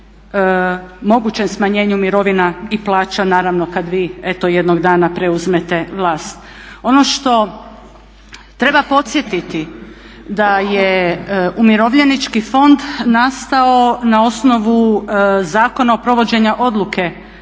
mogućem smanjenju mirovina i plaća naravno kada vi eto jednog dana preuzmete vlast. Ono što treba podsjetiti da je Umirovljenički fond nastao na osnovu Zakona o provođenja odluke